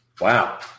Wow